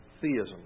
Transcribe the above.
theism